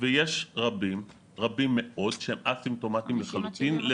ויש רבים, רבים מאוד, שהם א-סימפטומטיים לחלוטין.